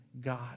God